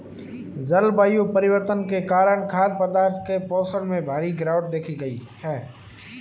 जलवायु परिवर्तन के कारण खाद्य पदार्थों के पोषण में भारी गिरवाट देखी गयी है